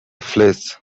flesh